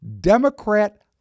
Democrat